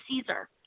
Caesar